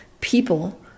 people